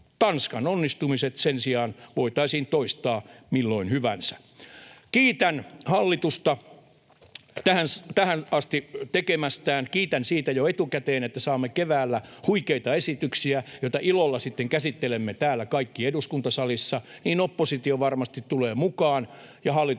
Tanskan onnistumiset sen sijaan voitaisiin toistaa milloin hyvänsä. Kiitän hallitusta tähän asti tekemästään, kiitän siitä jo etukäteen, että saamme keväällä huikeita esityksiä, joita kaikki ilolla sitten käsittelemme täällä eduskuntasalissa ja joihin oppositio varmasti tulee mukaan